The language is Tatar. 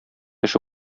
эше